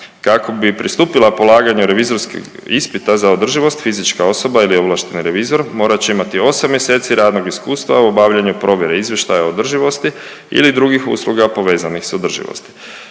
Kako bi pristupila polaganju revizorskih ispita za održivost, fizička osoba ili ovlašteni revizor morat će imat 8 mjeseci radnog iskustva u obavljanju provjere izvještaja održivosti ili drugih usluga povezanih s održivosti.